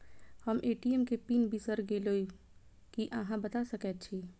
हम ए.टी.एम केँ पिन बिसईर गेलू की अहाँ बता सकैत छी?